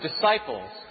disciples